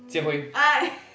Jian-Hui